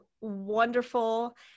wonderful